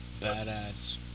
badass